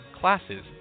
classes